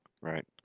Right